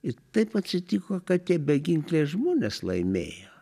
i taip atsitiko kad tie beginkliai žmonės laimėjo